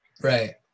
right